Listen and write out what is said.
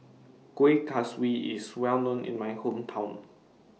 Kueh Kaswi IS Well known in My Hometown